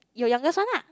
your youngest one lah